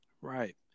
Right